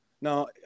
Now